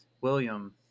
William